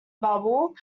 bubble